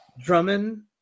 Drummond